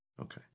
Okay